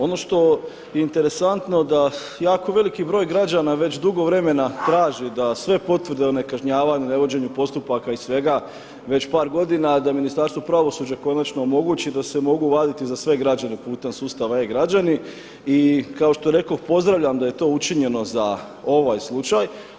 Ono što je interesantno da jako veliki broj građana već dugo vremena traži da sve potvrde o nekažnjavanju, nevođenju postupaka i svega već par godina da Ministarstvo pravosuđa konačno omogući da se mogu vaditi za sve građane putem sustava e-Građani i kao što rekoh pozdravljam da je to učinjeno za ovaj slučaj.